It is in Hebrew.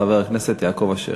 חבר הכנסת יעקב אשר.